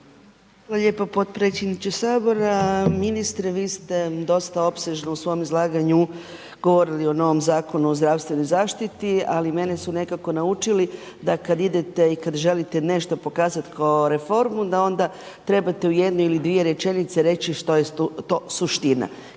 Hvala lijepo potpredsjedniče Sabora. Ministre vi ste dosta opsežno u svom izlaganju govorili o novom Zakonu o zdravstvenoj zaštiti. Ali mene su nekako naučili da kada idete i kada želite nešto pokazati kao reformu da onda trebate u jednoj ili dvije rečenice reći što je to suština.